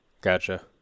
Gotcha